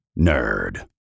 nerd